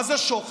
מה זה שוחד?